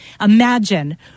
Imagine